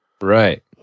Right